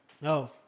No